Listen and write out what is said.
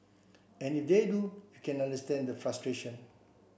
and if they do you can understand the frustration